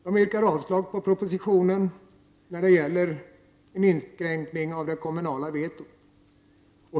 Där yrkas avslag på propositionen när det gäller en inskränkning av det kommunala vetot.